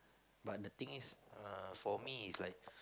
but the thing is err for me is like